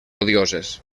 odioses